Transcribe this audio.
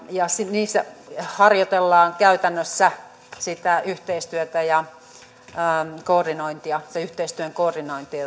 ja niissä harjoitellaan käytännössä sitä yhteistyötä ja sen koordinointia